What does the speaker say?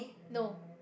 no